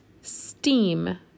steam